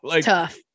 Tough